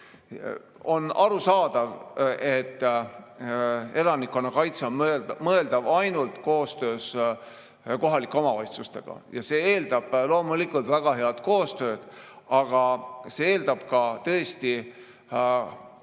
On arusaadav, et elanikkonnakaitse on mõeldav ainult koostöös kohalike omavalitsustega. See eeldab loomulikult väga head koostööd, aga see eeldab ka tõesti